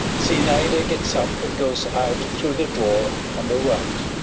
zinaida gets up and goes out through the door on the right.